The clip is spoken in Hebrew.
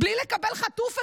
בלי לקבל חטוף אחד,